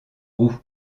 roux